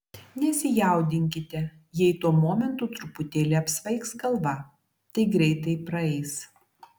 nesijaudinkite jei tuo momentu truputėlį apsvaigs galva tai greitai praeis